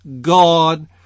God